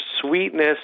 sweetness